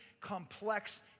complex